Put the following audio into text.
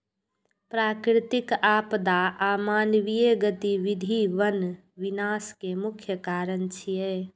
प्राकृतिक आपदा आ मानवीय गतिविधि वन विनाश के मुख्य कारण छियै